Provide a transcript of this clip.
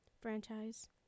franchise